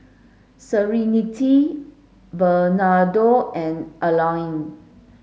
Serenity Bernardo and Allene